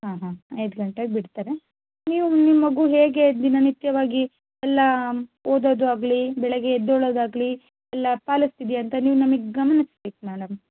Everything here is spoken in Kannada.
ಹಾಂ ಹಾಂ ಐದು ಗಂಟೆಗೆ ಬಿಡ್ತಾರೆ ನೀವು ನಿಮ್ಮ ಮಗು ಹೇಗೆ ದಿನನಿತ್ಯವಾಗಿ ಎಲ್ಲ ಓದೋದಾಗಲಿ ಬೆಳಗ್ಗೆ ಎದ್ದೋಳೋದಾಗಲಿ ಎಲ್ಲ ಪಾಲಿಸ್ತಿದೆಯಾ ಅಂತ ನೀವು ನಮಗೆ ಗಮನಿಸಬೇಕು ಮೇಡಮ್